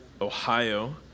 Ohio